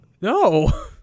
No